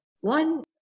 one